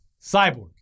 Cyborg